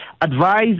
advise